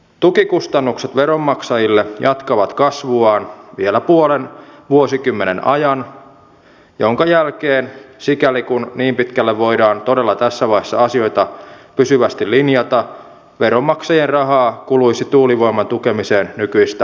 tukikustannukset veronmaksajille jatkavat kasvuaan vielä puolen vuosikymmenen ajan minkä jälkeen sikäli kuin niin pitkälle voidaan todella tässä vaiheessa asioita pysyvästi linjata veronmaksajien rahaa kuluisi tuulivoiman tukemiseen nykyistä vähemmän